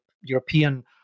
European